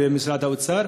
ומשרד האוצר,